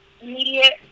immediate